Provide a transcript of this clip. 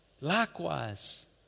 Likewise